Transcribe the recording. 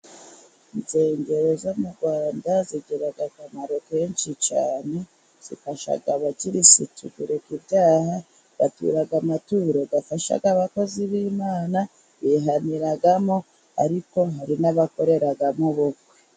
Insengero zo mu Rwanda zigira akamaro kenshi cyane, zifasha abakirisitu kureka ibyaha, batura amaturo afasha abakozi b'Imana, bihaniramo, ariko hari n'abakoreramo ubukwe.